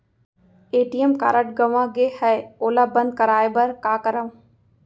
ATM card गंवा गे है ओला बंद कराये बर का करंव?